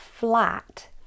flat